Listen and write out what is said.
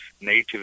native